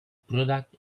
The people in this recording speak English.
product